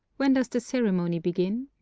when does the ceremony begin?